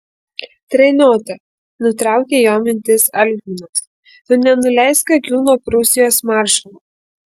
treniota nutraukė jo mintis algminas tu nenuleisk akių nuo prūsijos maršalo